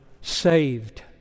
saved